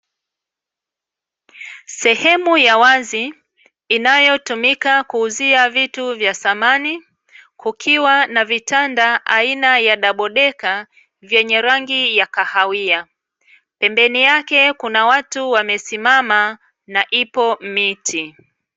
Sehemu ya wazi inayotumika kuuzia vitu vya samani, kukiwa na vitanda aina ya dabo deka vyenye rangi ya kahawia, pembeni yake kuna watu wamesimama na ipo miti.